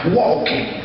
walking